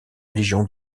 légion